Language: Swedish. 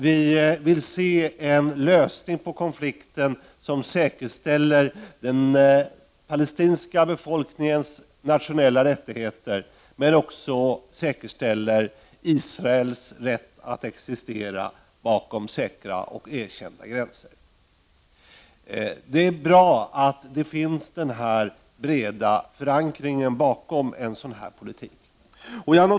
Vi vill se en lösning av konflikten som säkerställer den palestinska befolkningens nationella rättigheter, liksom också Israels rätt att existera bakom säkra och erkända gränser. Det är bra att det finns en bred förankring bakom denna politik.